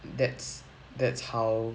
that's that's how